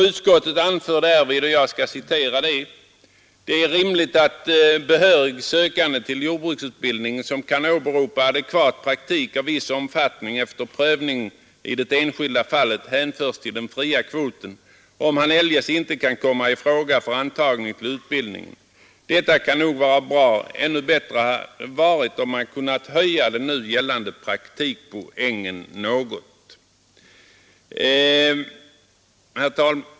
Utskottet anför därvidlag: ”Det är rimligt att behörig sökande till jordbruksutbildning, som kan åberopa adekvat praktik av viss omfattning, efter prövning i det enskilda fallet hänförs till den fria kvoten om han eljest inte kan komma i fråga för antagning till utbildningen.” Detta kan nog vara bra, men ännu bättre hade varit om man kunnat höja den nu gällande praktikpoängen något.